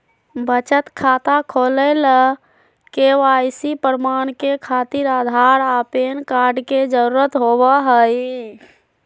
बचत खाता खोले ला के.वाइ.सी प्रमाण के खातिर आधार आ पैन कार्ड के जरुरत होबो हइ